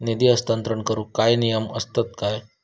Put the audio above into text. निधी हस्तांतरण करूक काय नियम असतत काय?